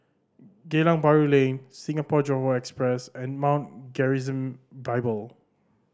Geylang Bahru Lane Singapore Johore Express and Mount Gerizim Bible